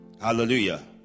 Hallelujah